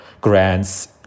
grants